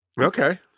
Okay